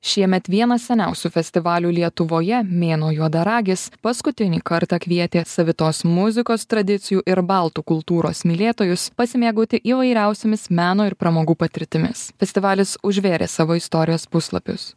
šiemet vienas seniausių festivalių lietuvoje mėnuo juodaragis paskutinį kartą kvietė savitos muzikos tradicijų ir baltų kultūros mylėtojus pasimėgauti įvairiausiomis meno ir pramogų patirtimis festivalis užvėrė savo istorijos puslapius